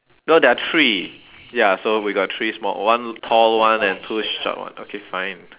no there are three ya so we got three small one tall one and two short one okay fine